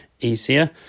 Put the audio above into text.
easier